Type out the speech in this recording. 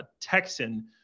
Texan